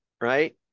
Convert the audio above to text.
right